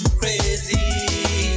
crazy